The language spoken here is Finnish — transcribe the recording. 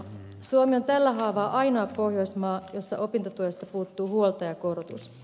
suomi on tällä haavaa ainoa pohjoismaa jossa opintotuesta puuttuu huoltajakorotus